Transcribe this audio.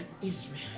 Israel